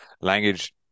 language